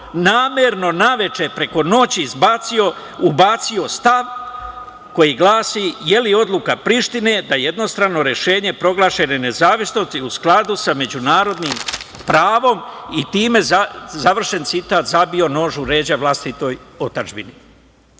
namerno, naveče, preko noći je ubacio stav koji glasi: „Da li je odluka Prištine da jednostrano rešenje proglašene nezavisnosti u skladu sa međunarodnim pravom?“ Završen citat i time zabio nož u leđa vlastitoj otadžbini. Da